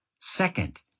Second